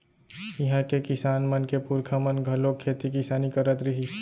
इहां के किसान मन के पूरखा मन घलोक खेती किसानी करत रिहिस